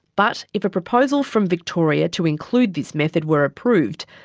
but if a proposal from victoria to include this method were approved,